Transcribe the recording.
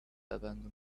abandon